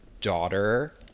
daughter